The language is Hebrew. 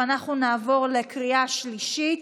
נעבור לקריאה שלישית.